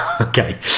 okay